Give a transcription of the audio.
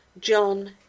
John